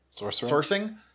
sourcing